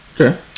Okay